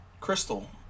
crystal